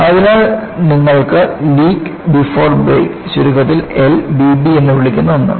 അതിനാൽ നിങ്ങൾക്ക് leak before break ചുരുക്കത്തിൽ LBB എന്ന് വിളിക്കുന്ന ഒന്നുണ്ട്